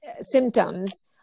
symptoms